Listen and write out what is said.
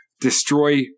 destroy